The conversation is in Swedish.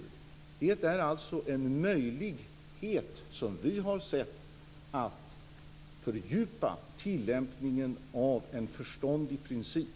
Det är en möjlighet som vi har sett till att fördjupa tillämpningen av en förståndig princip.